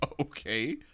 Okay